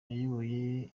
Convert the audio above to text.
yayoboye